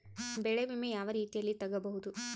ಬೆಳೆ ವಿಮೆ ಯಾವ ರೇತಿಯಲ್ಲಿ ತಗಬಹುದು?